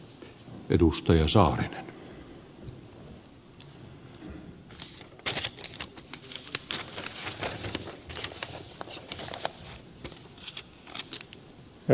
herra puhemies